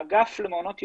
האגף למעונות יום,